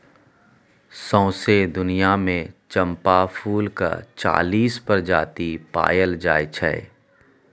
सौंसे दुनियाँ मे चंपा फुलक चालीस प्रजाति पाएल जाइ छै